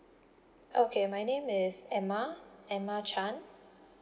okay my name is emma emma chan